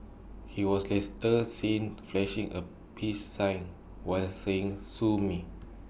he was seen flashing A peace sign while saying sue me